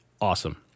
awesome